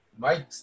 Mike